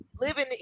living